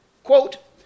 Quote